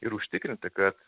ir užtikrinti kad